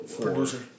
producer